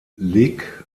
lig